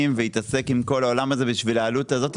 ולא יתעסק עם העולם הזה בשביל העלות הזאת,